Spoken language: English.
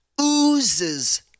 oozes